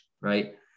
Right